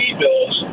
bills